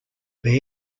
bare